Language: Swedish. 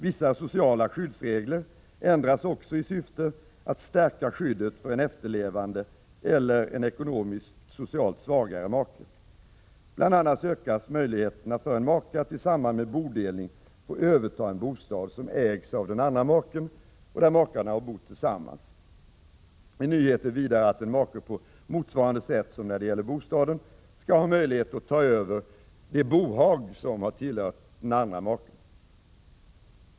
Vissa sociala skyddsregler ändras också i syfte att stärka skyddet för en efterlevande eller en ekonomiskt eller socialt svagare make. Bl.a. ökas möjligheterna för en make att i samband med bodelning få överta en bostad som ägs av den andra maken och där makarna har bott tillsammans. En nyhet är vidare att en make på motsvarande sätt som när det gäller bostaden skall ha möjlighet att överta bohag som tillhör den andra maken.